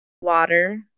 water